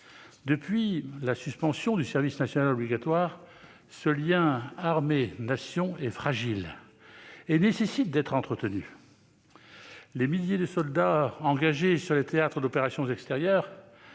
Depuis la suspension du service national obligatoire, ce lien entre les armées et la Nation est fragile et nécessite d'être entretenu. Les milliers de soldats engagés sur les théâtres d'opérations extérieures